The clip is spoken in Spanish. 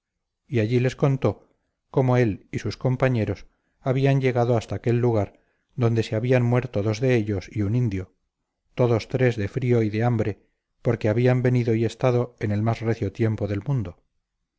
y allí les contó cómo él y sus compañeros habían llegado hasta aquel lugar donde se habían muerto dos de ellos y un indio todos tres de frío y de hambre porque habían venido y estado en el más recio tiempo del mundo